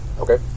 Okay